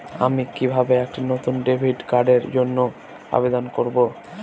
আমি কিভাবে একটি নতুন ডেবিট কার্ডের জন্য আবেদন করব?